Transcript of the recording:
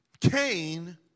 Cain